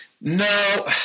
No